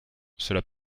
cela